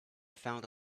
found